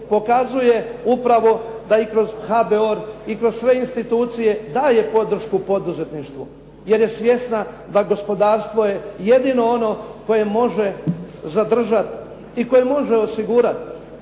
pokazuje upravo da i kroz HBOR i kroz sve institucije daje podršku poduzetništvu jer je svjesna da gospodarstvo je jedino ono koje može zadržati i koje može osigurati